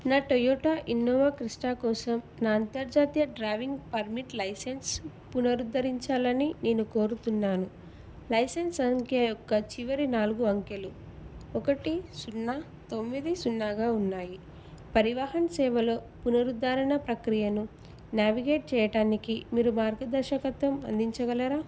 నా Toyota Innova Crysta కోసం నా అంతర్జాతీయ డ్రైవింగ్ పర్మిట్ లైసెన్సు పునరుద్ధరించాలని నేను కోరుతున్నాను లైసెన్స్ సంఖ్య యొక్క చివరి నాలుగు అంకెలు ఒకటి సున్నా తొమ్మిది సున్నాగా ఉన్నాయి పరివాహన్ సేవలో పునరుద్ధరణ ప్రక్రియను నావిగేట్ చేయటానికి మీరు మార్గదర్శకం అందించగలరా